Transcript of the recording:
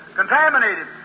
contaminated